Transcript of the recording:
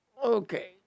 Okay